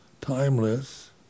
timeless